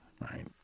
right